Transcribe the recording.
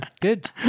good